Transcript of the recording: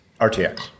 RTX